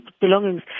belongings